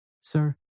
Sir